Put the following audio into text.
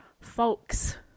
folks